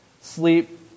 sleep